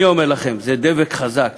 אני אומר לכם, זה דבק חזק